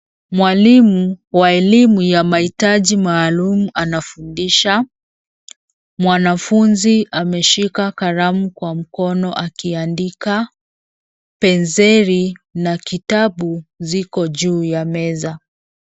Mwalimu wa elimu ya mahitaji maalum anafundisha. Mwanafunzi ameshika kalamu kwa mkono akiandika. Penseli na kitabu ziko juu ya meza.